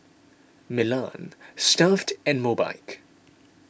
Milan Stuff'd and Mobike